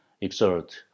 exert